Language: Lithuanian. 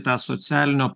tą socialinio